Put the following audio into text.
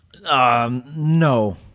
No